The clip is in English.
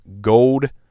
Gold